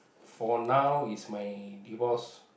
for now is my divorce